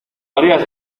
harías